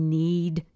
need